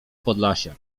podlasiak